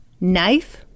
Knife